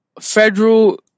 federal